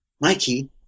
Mikey